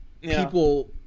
people